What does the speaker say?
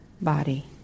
body